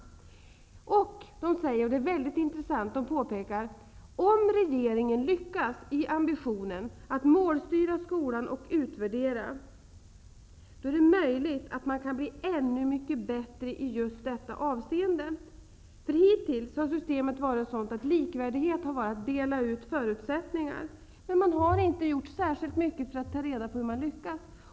De påpekar även att -- det här är väldigt intressant -- om regeringen lyckas i ambitionen att målstyra och utvärdera skolan är det möjligt att den bli ännu bättre i just detta avseende. Hittills har systemet inneburit att likvärdighet är att dela ut förutsättningar, men särskilt mycket har det inte gjorts för att ta reda på hur man har lyckats.